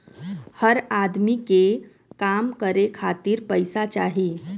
हर अदमी के काम करे खातिर पइसा चाही